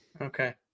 Okay